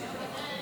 אין מתנגדים,